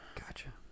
Gotcha